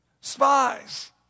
spies